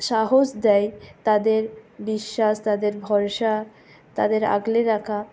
সাহস দেয় তাদের বিশ্বাস তাদের ভরসা তাদের আগলে রাখা